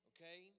Okay